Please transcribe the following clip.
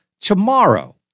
tomorrow